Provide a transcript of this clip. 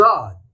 God